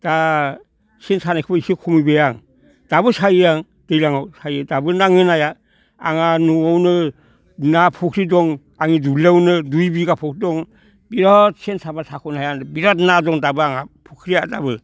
दा सेन सानायखौ एसे खमिबाय आं दाबो सायो आं दैज्लांआव सायो दाबो नाङो नाया आङो न'आवनो ना फुख्रि दं आंनि दुब्लियावनो दुइबिगा फुख्रि दं बिराद सेन साब्ला साख'नो हाया बिराद ना दं दाबो आंहा फुख्रिया दाबो